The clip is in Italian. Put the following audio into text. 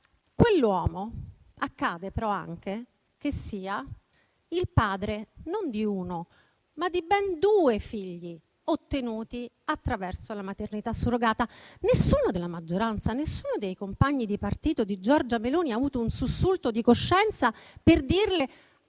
quell'uomo sia anche il padre non di uno, ma di ben due figli ottenuti attraverso la maternità surrogata. Nessuno della maggioranza, nessuno dei compagni di partito di Giorgia Meloni ha avuto un sussulto di coscienza per dirle: